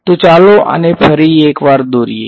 તો ચાલો આને ફરી એક વાર દોરીએ